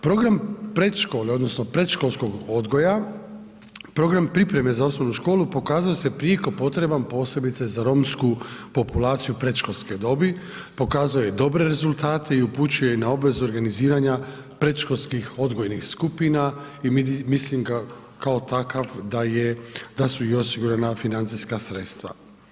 Program predškole, odnosno predškolskog odgoja, program pripreme za osnovnu školu pokazao se prijeko potreban posebice za Romsku populaciju predškolske dobi, pokazao je dobre rezultate i upućuje i na obvezu organiziranja predškolskih odgojnih skupina i mislim kao takav da su i osigurana financijska sredstva.